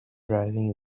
driving